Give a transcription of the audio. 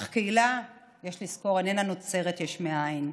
אך קהילה, יש לזכור, איננה נוצרת יש מאין.